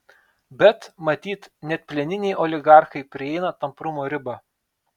bet matyt net plieniniai oligarchai prieina tamprumo ribą